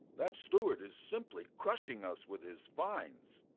that steward is simply crushing us with his fines.